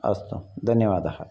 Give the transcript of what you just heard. अस्तु धन्यवादः